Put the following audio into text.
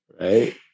Right